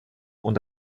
und